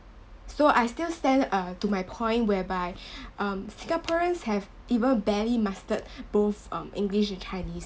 so I still stand uh to my point whereby um singaporeans have even barely mastered both um english and chinese